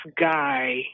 guy